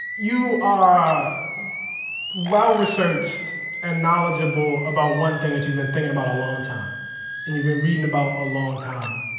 you are well-researched and knowledgeable about one thing that you've been thinking about a long time and you've been reading about a long time.